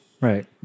Right